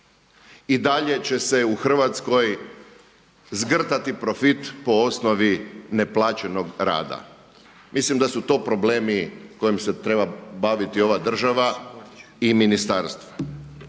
I dalje će se u Hrvatskoj zgrtati profit po osnovi neplaćenog rada. Mislim da su to problemi kojima se treba baviti ova država i ministarstvo.